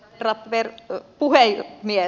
arvoisa herra puhemies